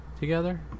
together